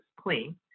clean